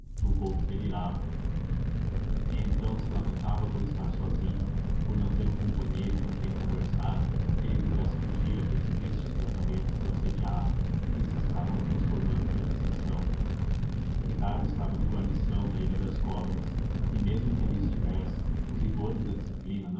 julgou que delirava e então se lamentava por estar sozinho por não ter um companheiro com quem conversar que lhe fizesse fugir àqueles tristes pensamentos que o assediavam e se estavam transformando em obsessão ricardo estava de guarnição na ilha das cobras e mesmo que ali estivesse os rigores da disciplina